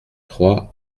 trois